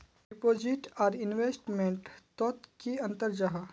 Deposit आर investment तोत की अंतर जाहा?